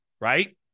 right